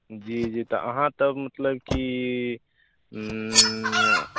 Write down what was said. जी जी तऽ अहाँ तब मतलब कि